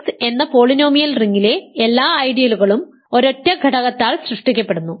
R എന്ന polynomial റിംഗിലെ എല്ലാ ഐഡിയലുകളും ഒരൊറ്റ ഘടകത്താൽ സൃഷ്ടിക്കപ്പെടുന്നു